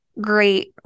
Great